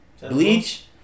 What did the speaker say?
Bleach